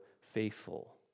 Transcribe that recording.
faithful